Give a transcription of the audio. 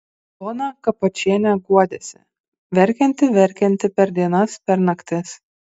ona kapočienė guodėsi verkianti verkianti per dienas per naktis